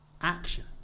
action